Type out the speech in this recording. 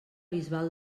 bisbal